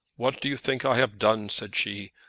what do you think i've done? said she.